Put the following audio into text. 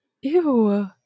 Ew